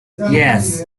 yes